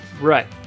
Right